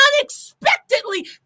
unexpectedly